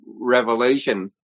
revelation